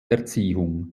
erziehung